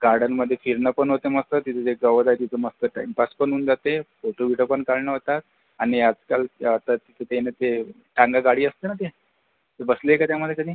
गार्डनमध्ये फिरणं पण होते मस्त तिथे ते शॉवर आहे तिथे मस्त टाईमपास पण होऊन जाते फोटो बिटो पण काढणं होतात आणि आजकाल तर तिथे ना ते टांगा गाडी असते ना ते तू बसली आहे का त्यामध्ये कधी